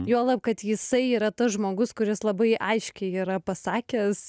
juolab kad jisai yra tas žmogus kuris labai aiškiai yra pasakęs